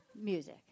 Music